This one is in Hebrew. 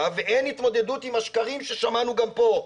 ואין התמודדות עם השקרים ששמענו גם פה.